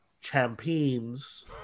Champions